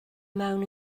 mewn